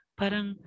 parang